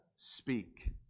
Speak